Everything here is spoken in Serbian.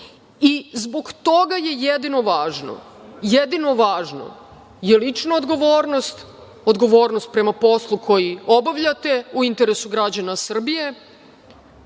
i zbog toga je jedino važna lična odgovornost, odgovornost prema poslu koji obavljate u interesu građana Srbije